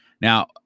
Now